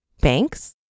Banks